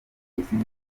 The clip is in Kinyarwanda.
irimo